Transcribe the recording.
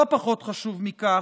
לא פחות חשוב מכך,